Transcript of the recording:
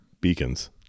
Beacons